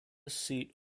seat